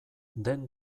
den